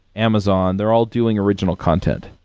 amazon. they're all doing original content.